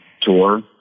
tour